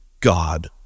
God